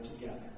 together